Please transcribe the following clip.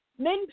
Men